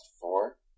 four